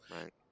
right